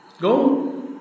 Go